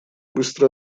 быстро